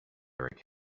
erik